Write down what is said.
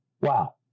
Wow